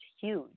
huge